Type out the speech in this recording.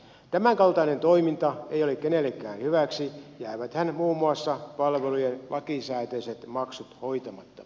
tämän kaltainen toiminta ei ole kenellekään hyväksi jääväthän muun muassa palvelujen lakisääteiset maksut hoitamatta